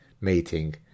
mating